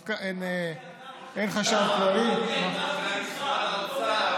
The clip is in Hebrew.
אין חשב כללי, אבי, אנחנו איתך.